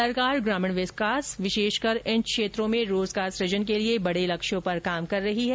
सरकार ग्रामीण विकास विशेषकर इन क्षेत्रों में रोजगार सुजन के लिए बड़े लक्ष्यों पर काम कर रही है